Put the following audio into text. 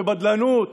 בבדלנות,